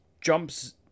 jumps